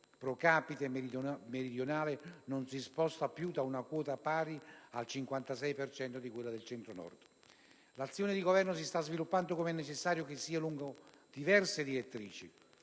*pro capite* meridionale non si sposta più da una quota pari al 56 per cento di quello del Centro Nord). L'azione del Governo italiano si sta sviluppando, com'è necessario che sia, lungo diverse direttrici.